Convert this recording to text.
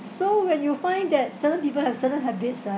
so when you find that certain people have certain habits ah